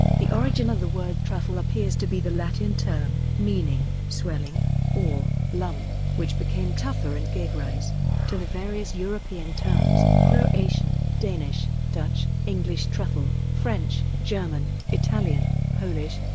the origin of the word truffle appears to be the latin term, meaning swelling or lump, which became tufer and gave rise to the various european terms croatian, danish, dutch, english truffle, french, german, italian, polish,